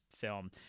film